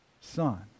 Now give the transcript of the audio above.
Son